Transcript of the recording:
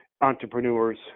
entrepreneurs